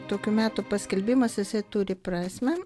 tokių metų paskelbimas jisai turi prasmę